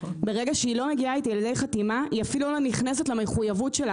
ברגע שהיא לא מגיעה איתי לידי חתימה - היא אפילו לא נכנסת למחויבות שלה.